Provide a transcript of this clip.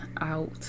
out